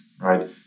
right